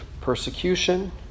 persecution